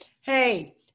hey